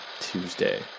Tuesday